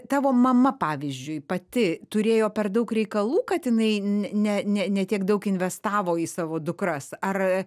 tavo mama pavyzdžiui pati turėjo per daug reikalų kad jinai ne ne ne tiek daug investavo į savo dukras ar